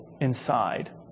inside